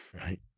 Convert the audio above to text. right